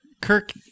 Kirk